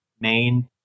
main